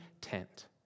tent